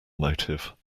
motive